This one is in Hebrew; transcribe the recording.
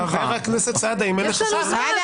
חבר הכנסת סעדה,